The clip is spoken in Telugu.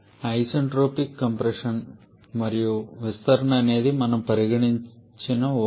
ఐసెన్ట్రోపిక్ కంప్రెషన్ మరియు విస్తరణ అనేది మనం పరిగణించిన ఊహ